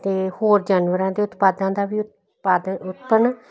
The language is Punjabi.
ਤੇ ਹੋਰ ਜਾਨਵਰਾਂ ਦੇ ਉਤਪਾਦਾਂ ਦਾ ਵੀ ਉਤਪਾਦਨ ਉਤਪਨ